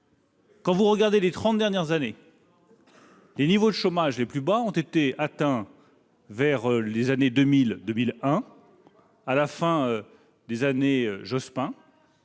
: au cours des trente dernières années, les niveaux de chômage les plus bas ont été atteints vers les années 2000 et 2001, à la fin des années Jospin,